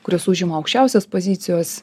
kuris užima aukščiausias pozicijos